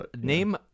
name